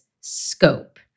scope